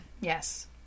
Yes